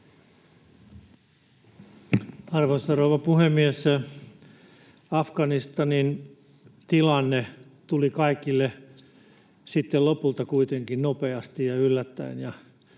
Arvoisa rouva puhemies! Afganistanin tilanne tuli kaikille sitten lopulta kuitenkin nopeasti ja yllättäen.